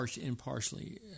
impartially